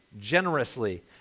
generously